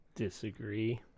disagree